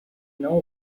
não